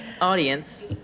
audience